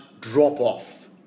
drop-off